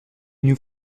nous